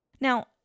Now